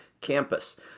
campus